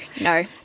no